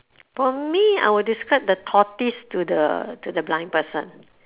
for me I would describe the tortoise to the to the blind person